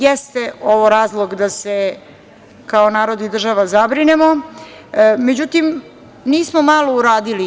Jeste ovo razlog da se kao narod i država zabrinemo, međutim nismo malo uradili.